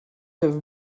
have